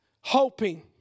hoping